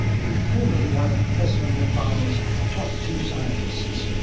and formerly one of president obama's top two scientists.